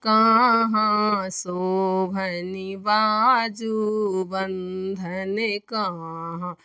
कहाँ शोभनि बाजू बन्धन कहाँ